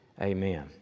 amen